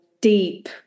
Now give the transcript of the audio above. deep